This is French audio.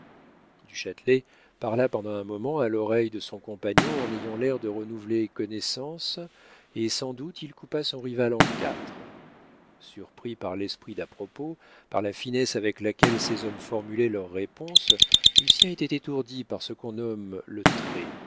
du châtelet parla pendant un moment à l'oreille de son compagnon en ayant l'air de renouveler connaissance et sans doute il coupa son rival en quatre surpris par l'esprit d'à-propos par la finesse avec laquelle ces hommes formulaient leurs réponses lucien était étourdi par ce qu'on nomme le trait